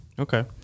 Okay